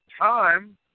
time